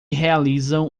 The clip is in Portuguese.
realizam